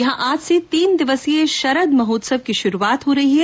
यहां आज से तीन दिवसीय शरद महोत्सव की शुरुआत हो रही है